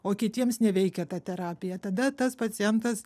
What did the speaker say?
o kitiems neveikia ta terapija tada tas pacientas